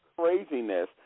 craziness